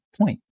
point